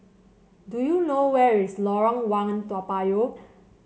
do you know where is Lorong One Toa Payoh